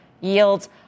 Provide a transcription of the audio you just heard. Yields